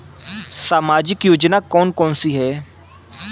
सामाजिक योजना कौन कौन सी हैं?